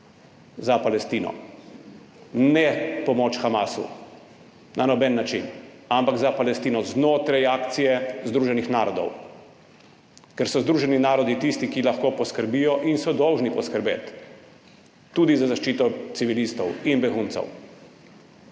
za Palestino, ne pomoč Hamasu na noben način, ampak za Palestino znotraj akcije Združenih narodov. Ker so Združeni narodi tisti, ki lahko poskrbijo in so dolžni poskrbeti tudi za zaščito civilistov in beguncev.